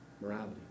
Morality